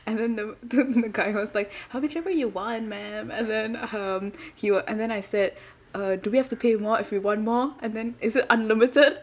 and then the the guy was like how much ever you want ma'am and then um he will and then I said uh do we have to pay more if we want more and then is it unlimited